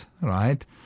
right